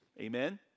Amen